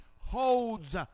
holds